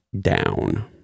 down